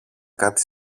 κάτι